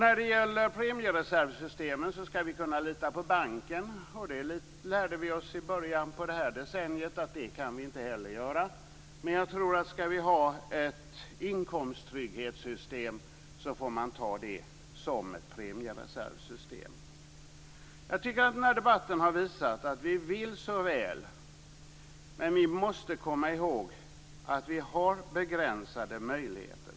Beträffande premiereservsystemen skall vi kunna lita på banken, men vi lärde oss i början av det här decenniet att det kan vi inte heller göra. Jag tror att om vi skall ha ett inkomsttrygghetssystem får vi ha det som ett premiereservsystem. Jag tycker att den här debatten har visat att vi vill så väl, men vi måste komma ihåg att möjligheterna är begränsade.